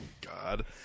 god